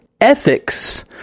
ethics